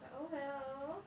but oh well